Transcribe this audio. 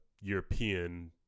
European